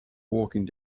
walking